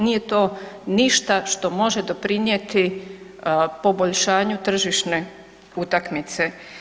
Nije to ništa što može doprinijeti poboljšanju tržišne utakmice.